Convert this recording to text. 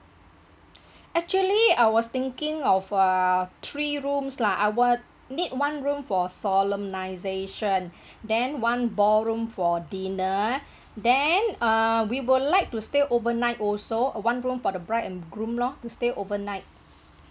actually I was thinking of err three rooms lah I want need one room for solemnisation then one ballroom for dinner then uh we would like to stay overnight also one room for the bride and groom lor to stay overnight